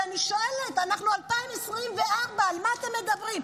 ואני שואלת: אנחנו ב-2024, על מה אתם מדברים?